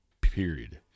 period